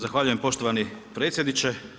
Zahvaljujem poštovani predsjedniče.